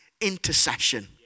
intercession